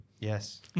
Yes